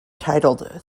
titled